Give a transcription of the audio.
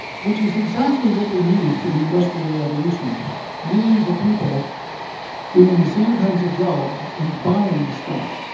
which is exactly what they needed for the industrial revolution millions of people doing the same kinds of jobs and buying stuff.